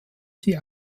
sie